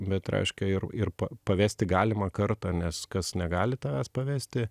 bet reiškia ir ir pavesti galima kartą nes kas negali tavęs pavesti